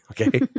okay